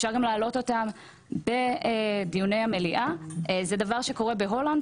אפשר גם להעלות אותן בדיוני המליאה זה דבר שקורה בהולנד,